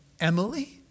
Emily